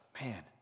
man